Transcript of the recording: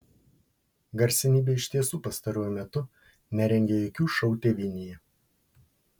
garsenybė iš tiesų pastaruoju metu nerengė jokių šou tėvynėje